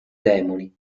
demoni